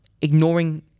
ignoring